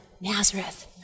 Nazareth